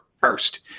first